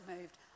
moved